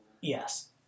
Yes